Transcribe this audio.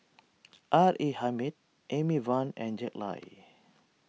R A Hamid Amy Van and Jack Lai